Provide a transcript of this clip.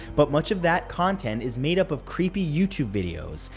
but much of that content is made up of creepy youtube videos,